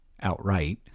outright